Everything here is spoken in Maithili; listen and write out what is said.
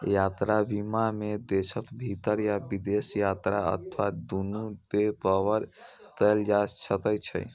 यात्रा बीमा मे देशक भीतर या विदेश यात्रा अथवा दूनू कें कवर कैल जा सकै छै